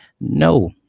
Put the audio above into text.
No